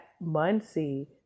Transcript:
Muncie